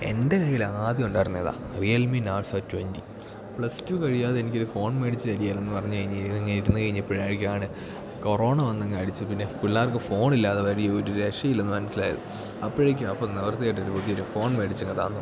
എൻ്റെ കയ്യിലാദ്യം ഉണ്ടായിരുന്ന ഇതാ Realme Narzo twenty plus two കഴിയാതെ എനിക്കൊരു ഫോൺ മേടിച്ച് തരുകയില്ലെന്ന് പറഞ്ഞു കഴിഞ്ഞ് ഇരുന്ന് കഴിഞ്ഞപ്പോൾ ആയി ആണ് കൊറോണ വന്ന് അങ്ങ് അടിച്ച് പിന്നെ പിള്ളേർക്ക് ഫോണില്ലാതെ വഴി ഒരു രക്ഷയില്ലെന്ന് മനസ്സിലായത് അപ്പോഴേക്കും അപ്പോൾ നിവർത്തി കെട്ടിട്ട് പുതിയൊരു ഫോൺ മേടിച്ചങ്ങ് തന്നു